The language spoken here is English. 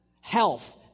Health